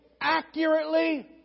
accurately